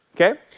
okay